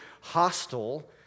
hostile